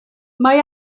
mae